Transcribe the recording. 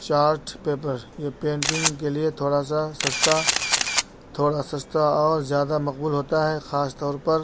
chart paper یہ painting کے لیے تھوڑا سا سستا تھوڑا سستا اور زیادہ مقبول ہوتا ہے خاص طور پر